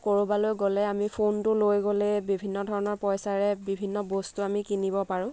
ক'ৰবালৈ গ'লে আমি ফোনটো লৈ গ'লে বিভিন্ন ধৰণৰ পইচাৰে বিভিন্ন বস্তু আমি কিনিব পাৰোঁ